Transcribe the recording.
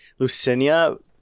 Lucinia